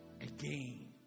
again